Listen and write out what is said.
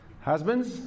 husbands